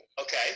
Okay